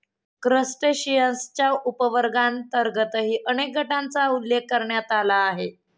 क्रस्टेशियन्सच्या उपवर्गांतर्गतही अनेक गटांचा उल्लेख करण्यात आला आहे